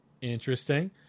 Interesting